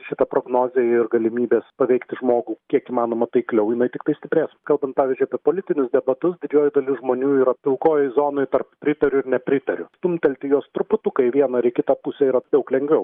šita prognozė ir galimybės paveikti žmogų kiek įmanoma taikliau jinai tiktai stiprės kalbant pavyzdžiui apie politinius debatus didžioji dalis žmonių yra pilkojoj zonoj tarp pritariu nepritariu stumtelti juos truputuką į vieną ar į kitą pusę yra daug lengviau